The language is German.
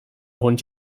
hund